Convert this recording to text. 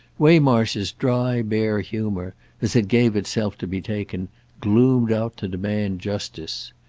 waymarsh's dry bare humour as it gave itself to be taken gloomed out to demand justice.